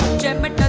gentlemen